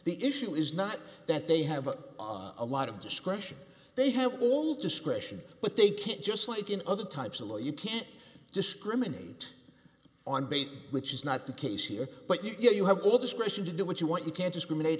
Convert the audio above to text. the issue is not that they have a lot of discretion they have all discretion but they can't just like in other types of law you can't discriminate on base which is not the case here but you know you have all discretion to do what you want you can't discriminate